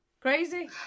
Crazy